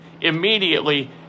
immediately